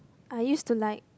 I used to like